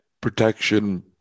protection